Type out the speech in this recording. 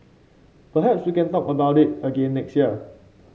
perhaps we can talk about it again next year